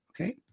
Okay